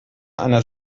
einer